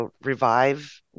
revive